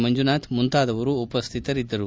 ಮಂಜುನಾಥ್ ಮುಂತಾದವರು ಉಪ್ಯತರಿದ್ದರು